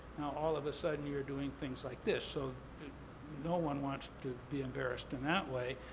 all of a sudden you're doing things like this. so no one wants to be embarrassed in that way.